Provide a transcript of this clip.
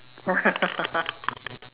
ya